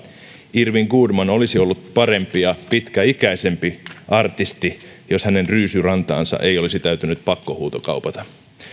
irwin goodman olisi ollut parempi ja pitkäikäisempi artisti jos hänen ryysyrantaansa ei olisi täytynyt pakkohuutokaupata